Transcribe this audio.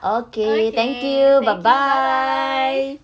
okay thank you bye bye